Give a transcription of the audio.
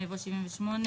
הצבעה לא אושר לא התקבל.